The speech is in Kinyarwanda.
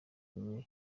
kumwe